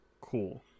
Cool